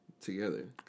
together